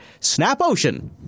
SNAPOcean